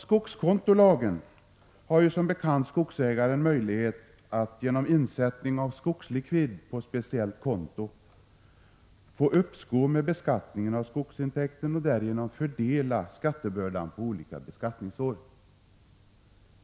Skogskontolagen ger som bekant skogsägaren möjlighet att genom insättning av skogslikvid på speciellt konto få uppskov med beskattningen av skogsintäkten och därigenom fördela skattebördan på olika beskattningsår.